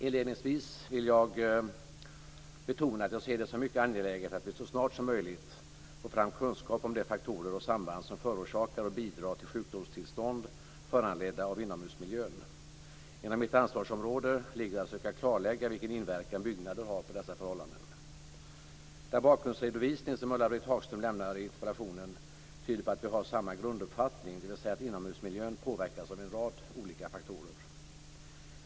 Inledningsvis vill jag betona att jag ser det som mycket angeläget att vi så snart som möjligt får fram kunskap om de faktorer och samband som förorsaker och bidrar till sjukdomstillstånd föranledda av inomhusmiljön. Inom mitt ansvarsområde ligger att söka klarlägga vilken inverkan byggnader har på dessa förhållanden. Hagström lämnar i interpellationen tyder på att vi har samma grunduppfattning, dvs. att inomhusmiljön påverkas av en rad olika faktorer.